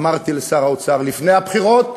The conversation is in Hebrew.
אמרתי לשר האוצר לפני הבחירות,